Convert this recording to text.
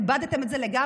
איבדתם את זה לגמרי.